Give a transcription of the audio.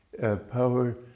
power